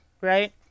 right